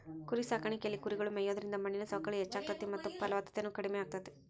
ಕುರಿಸಾಕಾಣಿಕೆಯಲ್ಲಿ ಕುರಿಗಳು ಮೇಯೋದ್ರಿಂದ ಮಣ್ಣಿನ ಸವಕಳಿ ಹೆಚ್ಚಾಗ್ತೇತಿ ಮತ್ತ ಫಲವತ್ತತೆನು ಕಡಿಮೆ ಆಗ್ತೇತಿ